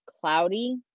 cloudy